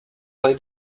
play